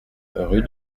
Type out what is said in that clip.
rue